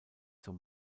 zur